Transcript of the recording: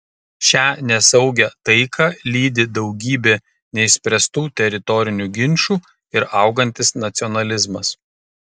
šią nesaugią taiką lydi daugybė neišspręstų teritorinių ginčų ir augantis nacionalizmas